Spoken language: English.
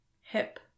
hip